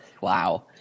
Wow